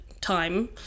time